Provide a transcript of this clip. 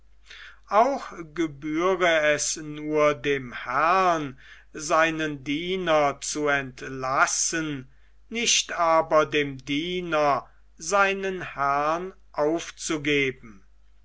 auch gebühre es nur dem herrn seinen diener zu entlassen nicht aber dem diener seinen herrn aufzugeben